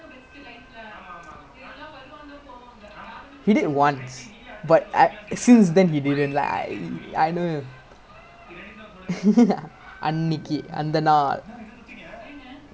I think maybe he did maybe once or twice he realise because err அவன்:avan side leh வந்து ஒரு ஒரு பொண்ணு இருந்தால் அப்போது:vanthu oru oru ponnu irunthaal appothu is like actually I don't know whether அப்போ இருந்துச்சு:appo irunthuchu leh but ya